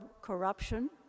corruption